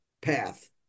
path